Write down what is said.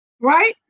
right